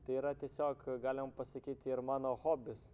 tai yra tiesiog galima pasakyti ir mano hobis